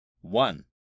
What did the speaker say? One